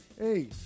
hey